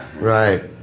Right